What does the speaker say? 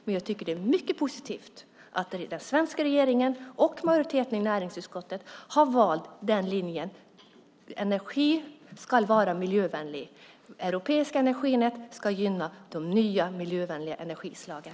Men jag tycker att det är mycket positivt att den svenska regeringen och majoriteten i näringsutskottet har valt linjen att energi ska vara miljövänlig, att europeiska energinät ska gynna de nya miljövänliga energislagen.